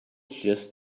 just